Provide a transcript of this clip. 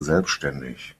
selbständig